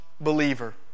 believer